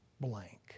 blank